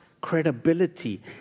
credibility